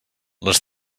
les